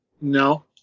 No